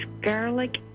garlic